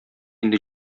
инде